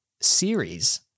series